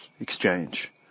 exchange